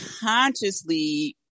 consciously